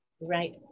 Right